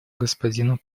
господину